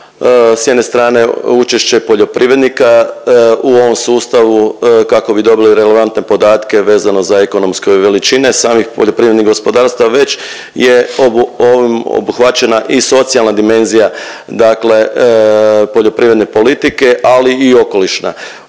s jedne strane učešće poljoprivrednika u ovom sustavu kako bi dobili relevantne podatke vezano za ekonomske veličine samih poljoprivrednih gospodarstava, već je ovim obuhvaćena i socijalna dimenzija dakle poljoprivredne politike, ali i okolišna.